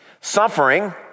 Suffering